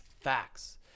facts